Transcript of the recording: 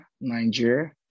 Nigeria